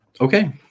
Okay